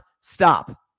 stop